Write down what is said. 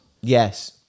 Yes